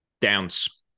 Downs